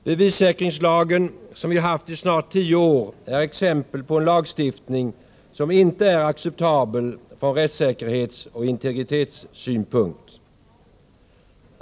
Bevissäkringslagen, som vi haft i snart tio år, är exempel på en lagstiftning som inte är acceptabel från rättssäkerhetsoch integritetssynpunkt.